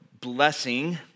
blessing